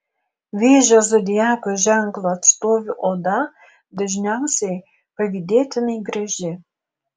vėžio zodiako ženklo atstovių oda dažniausiai pavydėtinai graži